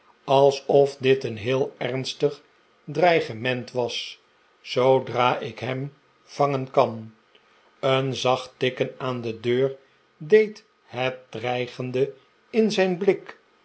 alsof dit een heel ernstig dreigement was zoodra ik hem vangen kan een zacht tikken aan de deur deed het dreigende in zijn blik